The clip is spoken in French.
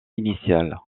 initial